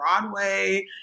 Broadway